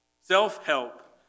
self-help